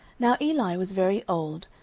now eli was very old,